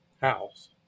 house